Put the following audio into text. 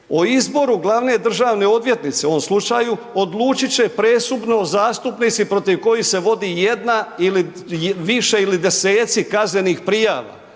o izboru glavne državne odvjetnice u ovoj slučaju, odlučit će presudno zastupnici protiv kojih se vodi jedna ili više ili deseci kaznenih prijava.